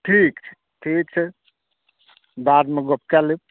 ठीक छै ठीक छै बादमे गप कय लेब